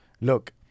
look